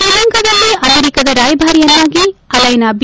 ಶ್ರೀಲಂಕಾದಲ್ಲಿ ಅಮೆರಿಕದ ರಾಯಭಾರಿಯನ್ನಾಗಿ ಅಲ್ಲೆನಾ ಬಿ